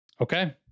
Okay